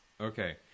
Okay